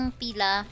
pila